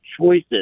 choices